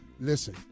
Listen